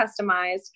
customized